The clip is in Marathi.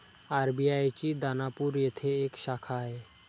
आर.बी.आय ची दानापूर येथे एक शाखा आहे